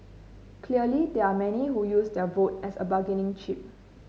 clearly there are many who use their vote as a bargaining chip